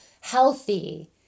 healthy